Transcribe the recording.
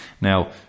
Now